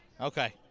Okay